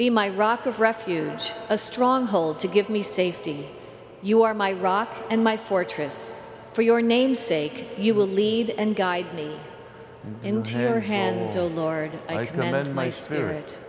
be my rock of refuge a stronghold to give me safety you are my rock and my fortress for your name sake you will lead and guide me into her hands oh lord